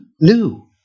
new